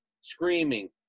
screaming